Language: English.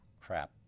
crap